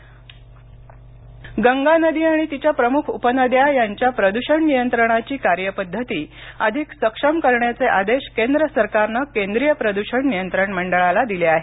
गगा स्वच्छता गंगा नदी आणि तिच्या प्रमुख उपनद्या यांच्या प्रदूषण नियंत्रणाची कार्यपद्धती अधिक सक्षम करण्याचे आदेश केंद्र सरकारनं केंद्रीय प्रदूषण नियंत्रण मंडळाला दिले आहेत